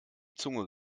zunge